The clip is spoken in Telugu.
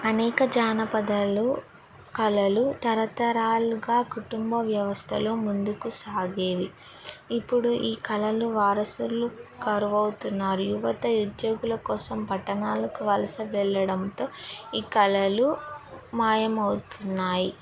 అనేక జానపదాలు కళలు తరతరాలుగా కుటుంబ వ్యవస్థలో ముందుకు సాగేవి ఇప్పుడు ఈ కళలు వారసలు కరువు అవుతున్నారు యువత ఉద్యోగుల కోసం పట్టణాలకు వలస వెెళ్ళడంతో ఈ కళలు మాయం అవుతున్నాయి